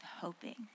hoping